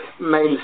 main